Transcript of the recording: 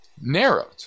narrowed